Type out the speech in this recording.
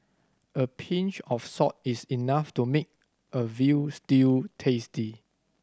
a pinch of salt is enough to make a veal stew tasty